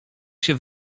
się